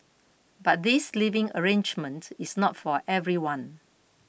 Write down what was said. but this living arrangement is not for everyone